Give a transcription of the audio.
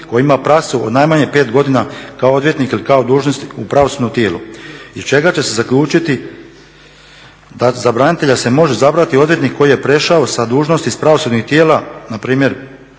koji ima praksu od najmanje 5 godina kao odvjetnik ili kao dužnosnik u pravosudnom tijelu. Iz čega će se zaključiti da za branitelja se može izabrati odvjetnik koji je prešao sa dužnosti iz pravosudnih tijela npr.